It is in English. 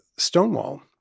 Stonewall